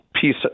piece